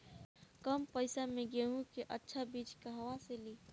कम पैसा में गेहूं के अच्छा बिज कहवा से ली?